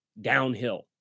downhill